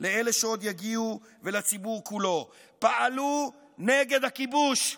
לאלה שעוד יגיעו ולציבור כולו: פעלו נגד הכיבוש,